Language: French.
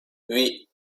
oui